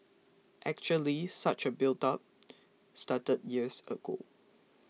actually such a buildup started years ago